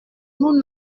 nous